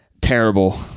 Terrible